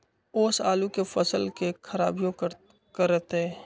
ओस आलू के फसल के खराबियों करतै?